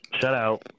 shutout